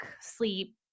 sleep